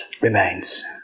remains